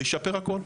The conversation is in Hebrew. זה ישפר לנו הכול.